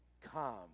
come